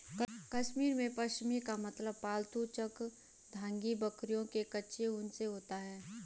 कश्मीर में, पश्म का मतलब पालतू चंगथांगी बकरियों के कच्चे ऊन से होता है